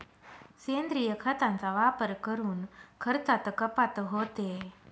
सेंद्रिय खतांचा वापर करून खर्चात कपात होते